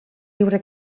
libre